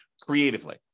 creatively